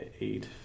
eight